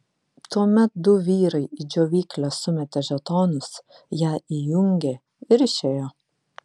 tuomet du vyrai į džiovyklę sumetė žetonus ją įjungė ir išėjo